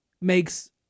makes